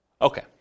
Okay